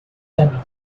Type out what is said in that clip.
tunnel